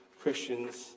Christians